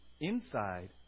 inside